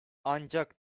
ancak